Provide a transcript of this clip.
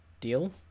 deal